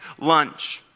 lunch